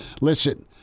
listen